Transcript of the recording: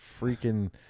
freaking